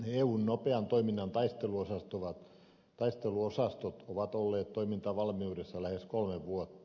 eun nopean toiminnan taisteluosastot ovat olleet toimintavalmiudessa lähes kolme vuotta